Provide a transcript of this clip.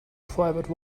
private